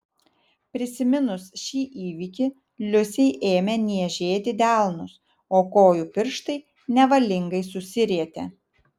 prisiminus šį įvykį liusei ėmė niežėti delnus o kojų pirštai nevalingai susirietė